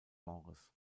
genres